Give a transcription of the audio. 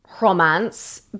romance